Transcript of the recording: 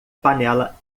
panela